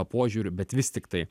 požiūriu bet vis tiktai